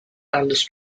elvis